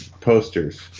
posters